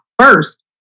first